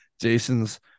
Jason's